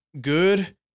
good